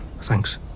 Thanks